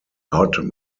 hot